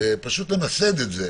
פשוט למסד את זה.